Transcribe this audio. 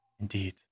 Indeed